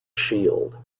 shield